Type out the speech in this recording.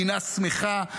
מדינה שמחה,